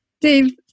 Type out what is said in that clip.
Dave